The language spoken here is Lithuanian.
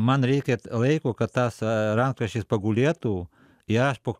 man reikia laiko kad tas rankraštis pagulėtų ir aš po